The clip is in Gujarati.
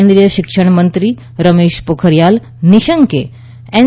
કેન્દ્રીય શિક્ષણમંત્રી રમેશ પોખરિયાલ નિશંકે એન